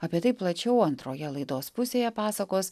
apie tai plačiau antroje laidos pusėje pasakos